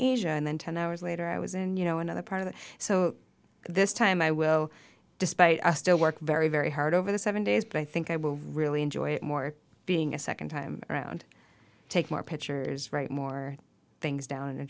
asia and then ten hours later i was in you know another part of it so this time i will despite i still work very very hard over the seven days but i think i will really enjoy it more it being a second time around take more pictures write more things down in a